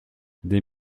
des